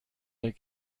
der